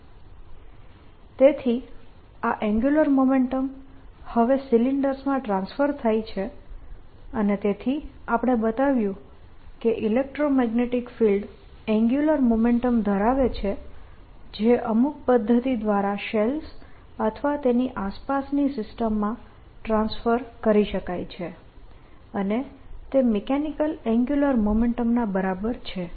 Net Torque02K Net angular momentum of the system02K તેથી આ angular momentum હવે સિલિન્ડર્સમાં ટ્રાન્સફર થાય છે અને તેથી આપણે બતાવ્યું કે ઇલેક્ટ્રોમેગ્નેટીક ફિલ્ડ એન્ગ્યુલર મોમેન્ટમ ધરાવે છે જે અમુક પદ્ધતિ દ્વારા શેલ્સ અથવા તેની આસપાસની સિસ્ટમમાં ટ્રાન્સફર કરી શકાય છે અને તે મિકેનીકલ એન્ગ્યુલર મોમેન્ટમના બરાબર છે